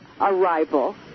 arrival